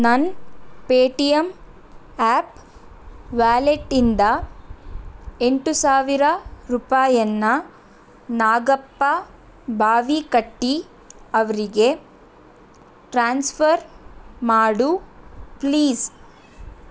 ನನ್ನ Paytm app ವ್ಯಾಲೆಟ್ಟಿಂದ ಎಂಟು ಸಾವಿರ ರೂಪಾಯನ್ನು ನಾಗಪ್ಪ ಬಾವಿಕಟ್ಟಿ ಅವರಿಗೆ ಟ್ರಾನ್ಸ್ಫರ್ ಮಾಡು ಪ್ಲೀಸ್